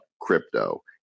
crypto